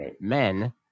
men